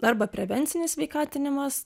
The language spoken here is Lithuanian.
arba prevencinis sveikatinimas